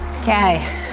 Okay